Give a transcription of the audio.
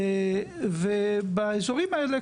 ובאזורים האלה,